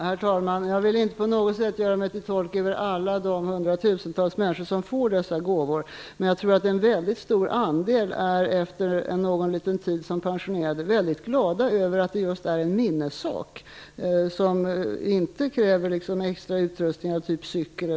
Herr talman! Jag vill inte på något sätt göra mig till tolk för alla de hundratusentals människor som får dessa gåvor. Men efter en liten tid som pensionerade tror jag att en mycket stor andel är mycket glada över att det just är en minnessak. Den kräver inte extra utrustning som t.ex. en cy kel gör.